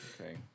Okay